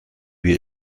wir